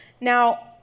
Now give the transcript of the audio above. Now